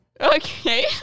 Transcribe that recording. Okay